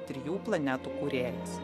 trijų planetų kūrėjas